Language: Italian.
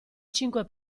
cinque